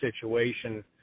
situation